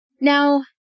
Now